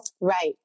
Right